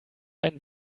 einen